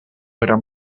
gran